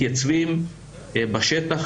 מתייצבים בשטח,